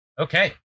Okay